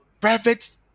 private